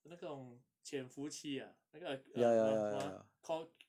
那个种潜伏期 ah 那个 uh 什么啊什么啊